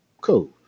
cool